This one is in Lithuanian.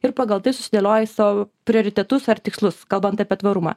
ir pagal tai susidėlioji savo prioritetus ar tikslus kalbant apie tvarumą